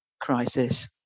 crisis